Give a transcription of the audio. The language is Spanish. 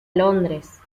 londres